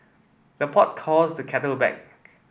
the pot calls the kettle black